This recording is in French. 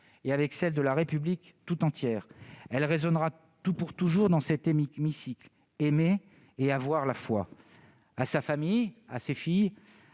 et avec celle de la République tout entière. Elle résonnera pour toujours dans cet hémicycle :« Aimer et avoir la foi ». À sa famille, à ses filles,